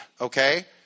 Okay